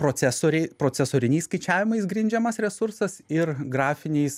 procesoriai procesoriniais skaičiavimais grindžiamas resursas ir grafiniais